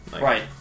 Right